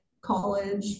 college